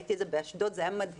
ראיתי את זה באשדוד וזה היה מדהים.